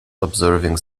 observing